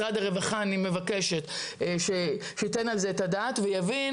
אני מבקשת שמשרד הרווחה ייתן על זה את הדעת ויבין